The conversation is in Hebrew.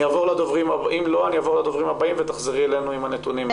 אני אעבור לדוברים הבאים ותחזרי אלינו עם הנתונים.